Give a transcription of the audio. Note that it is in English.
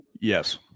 yes